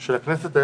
של הכנסת.